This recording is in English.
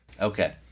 Okay